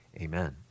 amen